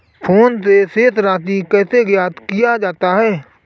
Phone से शेष राशि कैसे ज्ञात किया जाता है?